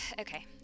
okay